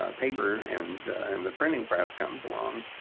ah paper and and the printing press comes along.